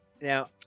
now